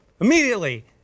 immediately